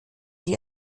die